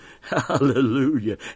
Hallelujah